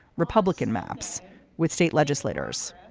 republican maps with state legislators.